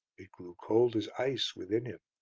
it grew cold as ice within him,